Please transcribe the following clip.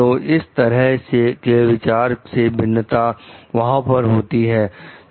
तो इस तरह के विचारों में भिन्नता वहां पर होती है